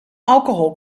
alcohol